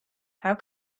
how